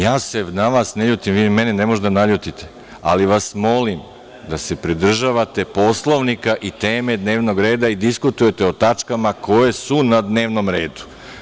Vratite mi reč, želim da nastavim.) Ja se na vas ne ljutim, vi mene ne možete da naljutite, ali vas molim da se pridržavate Poslovnika i teme dnevnog reda i diskutujete o tačkama koje su na dnevnom redu.